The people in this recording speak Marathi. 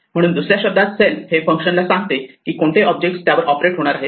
म्हणून दुसऱ्या शब्दात सेल्फ हे फंक्शनला सांगते की कोणते ऑब्जेक्ट त्यावर ऑपरेट होणार आहेत